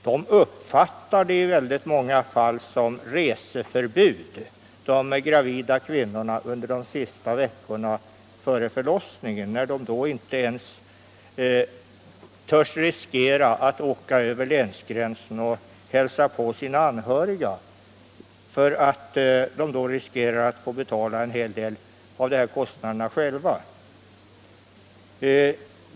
De gravida kvinnorna uppfattar i många fall de här bestämmelserna som reseförbud under de sista veckorna före förlossningen. De törs inte ens åka över länsgränsen och hälsa på sina anhöriga, eftersom de då riskerar att få betala en hel det av de här kostnaderna själva.